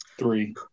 Three